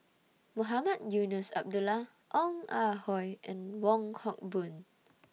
Mohamed Eunos Abdullah Ong Ah Hoi and Wong Hock Boon